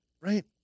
right